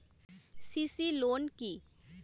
CC loan কি?